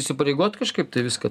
įsipareigot kažkaip tai viską